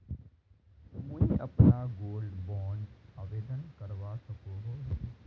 मुई अपना gold bond आवेदन करवा सकोहो ही?